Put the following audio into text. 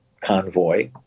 Convoy